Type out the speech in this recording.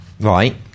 right